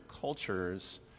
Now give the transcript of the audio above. cultures